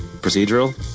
Procedural